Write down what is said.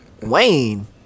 Wayne